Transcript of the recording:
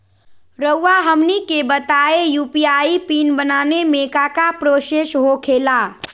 रहुआ हमनी के बताएं यू.पी.आई पिन बनाने में काका प्रोसेस हो खेला?